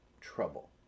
trouble